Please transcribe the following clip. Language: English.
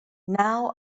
now